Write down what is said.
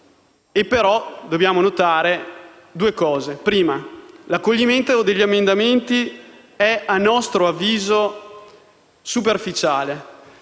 però dobbiamo notare due cose. In primo luogo, l'accoglimento degli emendamenti è, a nostro avviso, superficiale.